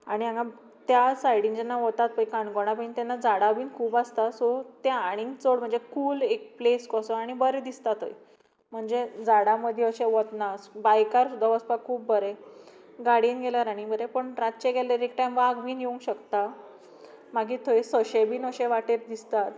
आनी हांगा त्या सायडींत जेन्ना वतात पय काणकोणा बीन तेन्ना झाडां बीन खूब आसता सो तें आनीक चड म्हणजे कूल एक प्लॅस कसो आनी बरें दिसता थंय म्हणजे झाडा मदीं अशें वतना बायकार सुद्दा वचपाक खूब बरें गायडेन गाल्यार आनी बरें पूण रातचें गेल्यार एक टायम वाग बीन येवंक शकता मागीर थंय सोंशे बीन अशे वाटेर दिसतात